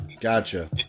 Gotcha